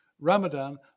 Ramadan